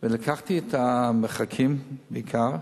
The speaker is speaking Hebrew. ולקחתי לפי המרחקים בעיקר,